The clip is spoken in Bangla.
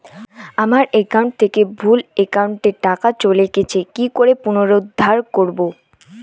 আমার একাউন্ট থেকে ভুল একাউন্টে টাকা চলে গেছে কি করে পুনরুদ্ধার করবো?